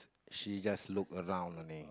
she just look around only